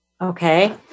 Okay